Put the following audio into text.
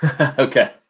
Okay